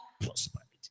prosperity